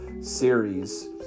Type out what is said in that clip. series